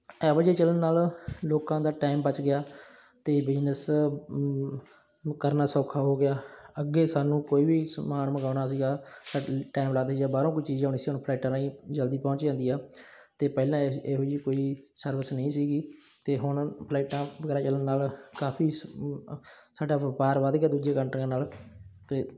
ਆਵਾਜਾਈ ਚੱਲਣ ਨਾਲ ਲੋਕਾਂ ਦਾ ਟਾਈਮ ਬੱਚ ਗਿਆ ਅਤੇ ਬਿਜਨਸ ਕਰਨਾ ਸੌਖਾ ਹੋ ਗਿਆ ਅੱਗੇ ਸਾਨੂੰ ਕੋਈ ਵੀ ਸਮਾਨ ਮੰਗਾਉਣਾ ਸੀਗਾ ਤਾਂ ਟਾਈਮ ਲੱਗਦਾ ਬਾਹਰੋਂ ਕੋਈ ਚੀਜ਼ ਆਉਣੀ ਸੀ ਹੁਣ ਫਲਾਈਟਾਂ ਰਾਹੀਂ ਜਲਦੀ ਪਹੁੰਚ ਜਾਂਦੀ ਆ ਅਤੇ ਪਹਿਲਾਂ ਇਹ ਇਹੋ ਜਿਹੀ ਕੋਈ ਸਰਵਿਸ ਨਹੀਂ ਸੀਗੀ ਅਤੇ ਹੁਣ ਫਲਾਈਟਾਂ ਵਗੈਰਾ ਚੱਲਣ ਨਾਲ ਕਾਫੀ ਸ ਸਾਡਾ ਵਪਾਰ ਵੱਧ ਗਿਆ ਦੂਜੇ ਕੰਟਰੀਆਂ ਨਾਲ ਅਤੇ